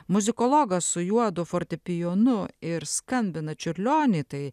muzikologas su juodu fortepijonu ir skambina čiurlionį tai